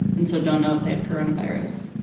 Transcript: and so don't know if they have coronavirus.